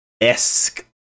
esque